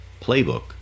playbook